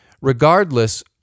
Regardless